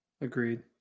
Agreed